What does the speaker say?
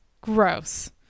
gross